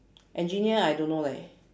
engineer I don't know leh